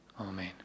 Amen